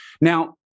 Now